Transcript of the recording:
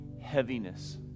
heaviness